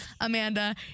amanda